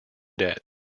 debt